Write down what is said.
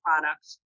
products